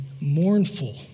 mournful